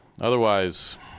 Otherwise